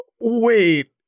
wait